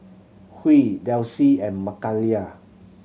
Huey Delsie and Mikayla